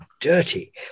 dirty